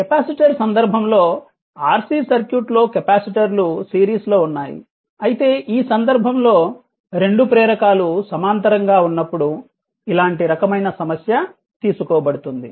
capacitor సందర్భంలో RC circuit లో కెపాసిటర్లు సిరీస్లో ఉన్నాయి అయితే ఈ సందర్భంలో రెండు ప్రేరకాలు సమాంతరంగా ఉన్నప్పుడు ఇలాంటి రకమైన సమస్య తీసుకోబడుతుంది